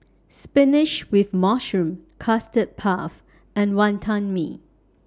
Spinach with Mushroom Custard Puff and Wonton Mee